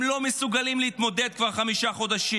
לא מסוגלים להתמודד כבר חמישה חודשים.